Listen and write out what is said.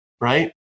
right